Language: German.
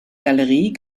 galerie